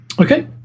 Okay